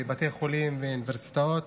בבתי חולים ובאוניברסיטאות,